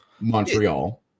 Montreal